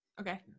okay